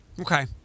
Okay